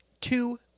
two